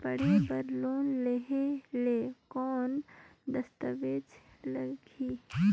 पढ़े बर लोन लहे ले कौन दस्तावेज लगही?